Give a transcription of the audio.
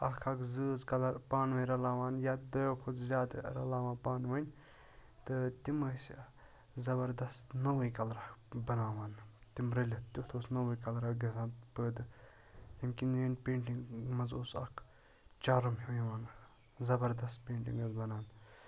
اکھ اکھ زۭز کَلَر پانہٕ ؤنۍ رَلاوان یا دۄیَو کھۄتہٕ زیادٕ رَلاوان پانہٕ ؤنۍ تہٕ تِم ٲسۍ زَبَردست نوٚوٕے کَلرا بَناوان تِم رٔلِتھ تیُتھ اوس نوٚوٕے کَلرا گَژھان پٲدٕ امکٮ۪ن پینٛٹِنٛگہِ مَنٛز اوس اکھ چارٕم ہیوٗ یِوان زَبَردَس پینٛٹِنٛگ ٲسۍ بَنان